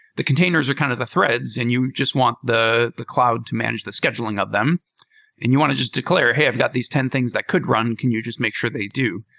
the containers are kind of the threads and you just want the the cloud to manage the scheduling of them and you want to just declare, hey, i've got these ten things that could run. can you just make sure they do?